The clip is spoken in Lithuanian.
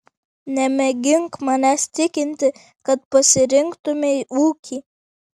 nemėgink manęs tikinti kad pasirinktumei ūkį